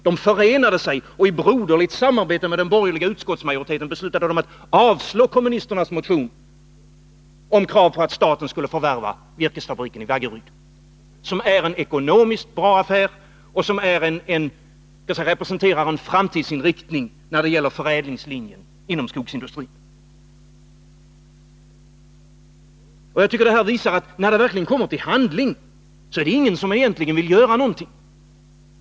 Ledamöterna i den socialdemokratiska gruppen förenade sig i stället med den borgerliga utskottsmajoriteten och beslöt, i broderligt samarbete med denna, att avvisa kommunisternas motion med krav på att staten skulle förvärva virkesfabriken i Vaggeryd — som är en ekonomiskt bra affär och som, när det gäller förädlingslinjen inom skogsindustrin, representerar en framtidsinriktning. Detta visar att när det verkligen kommer till handling är det ingen som egentligen vill göra någonting.